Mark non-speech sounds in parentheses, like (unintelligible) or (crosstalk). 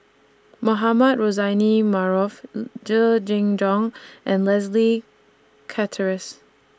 Mohamed Rozani Maarof (unintelligible) Jenn Jong and Leslie Charteris